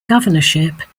governorship